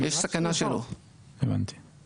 הבנתי בסדר תודה.